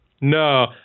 No